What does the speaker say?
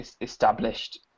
established